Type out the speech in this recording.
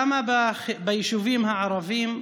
כמה ביישובים הערביים?